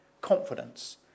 confidence